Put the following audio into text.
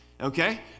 Okay